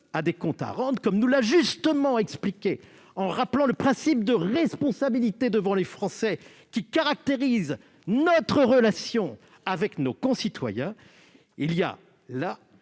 a des comptes à rendre, comme nous l'a justement expliqué Mme le rapporteur, en rappelant le principe de responsabilité devant les Français qui caractérise notre relation avec nos concitoyens.